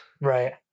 Right